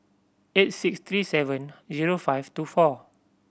eight six three seven zero five two four